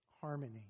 harmony